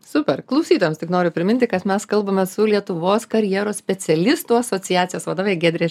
super klausytojams tik noriu priminti kad mes kalbamės su lietuvos karjeros specialistų asociacijos vadove giedre